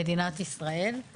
ומצאתי עצמי כמה פעמים